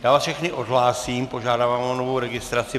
Já vás všechny odhlásím, požádám vás o novou registraci.